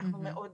אנחנו מאוד